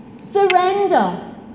surrender